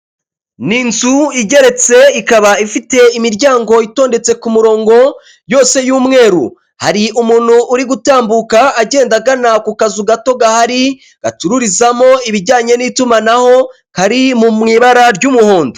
Ni nzu igeretse, ikaba ifite imiryango itondetse ku murongo yose y'umweru, hari umuntu uri gutambuka agenda agana ku kazu gato gahari gacururizamo ibijyanye n'itumanaho kari mu ibara ry'umuhondo.